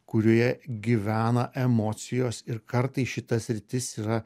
kurioje gyvena emocijos ir kartais šita sritis yra